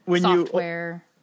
Software